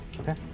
Okay